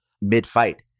mid-fight